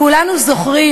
כולנו זוכרים